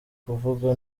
kuvuga